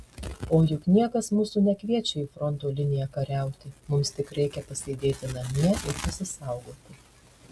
o juk niekas mūsų nekviečia į fronto liniją kariauti mums tik reikia pasėdėti namie ir pasisaugoti